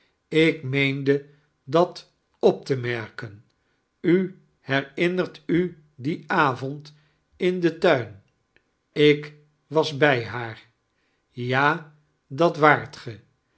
ik meende dat op te merkeil u herinneirt u dien avond in den tuin ik was bij haar ja dat waart go